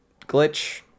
glitch